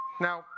Now